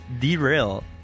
derail